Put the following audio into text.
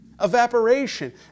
evaporation